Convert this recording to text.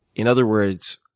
in other words,